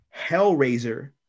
Hellraiser